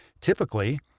Typically